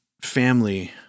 family